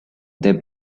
their